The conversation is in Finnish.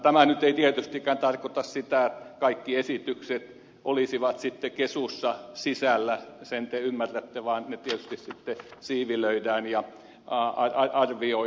tämä nyt ei tietystikään tarkoita sitä että kaikki esitykset olisivat sitten kesussa sisällä sen te ymmärrätte vaan ne tietysti sitten siivilöidään ja arvioidaan